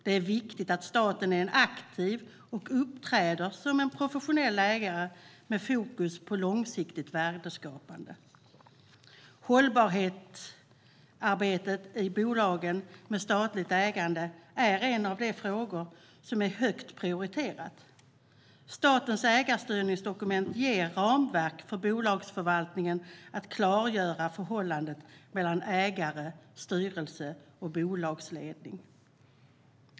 Det är viktigt att staten är aktiv och uppträder som en professionell ägare med fokus på långsiktigt värdeskapande. Hållbarhetsarbetet i bolagen med statligt ägande är en av de frågor som är högt prioriterade. Statens ägarstyrningsdokument anger ramverket för bolagsförvaltningen samt klargör förhållandet mellan ägare, styrelse och bolagsledning.